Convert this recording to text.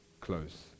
Close